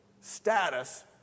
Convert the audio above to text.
status